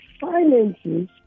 finances